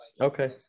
Okay